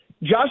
Josh